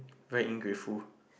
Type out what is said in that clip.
very ungrateful